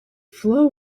floor